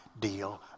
deal